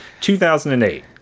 2008